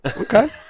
Okay